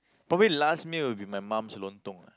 probably last meal would be my mom's Lontong ah